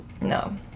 no